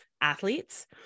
athletes